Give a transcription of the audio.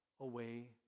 away